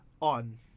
on